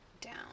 down